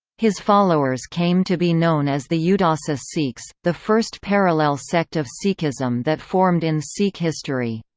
his followers came to be known as the yeah udasi sikhs, the first parallel sect of sikhism that formed in sikh history.